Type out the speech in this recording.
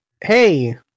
hey